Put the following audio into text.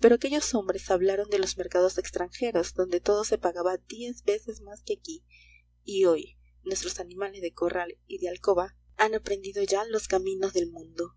pero aquellos hombres hablaron de los mercados extranjeros donde todo se pagaba diez veces más que aquí y hoy nuestros animales de corral y de alcoba han aprendido ya los caminos del mundo